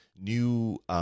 new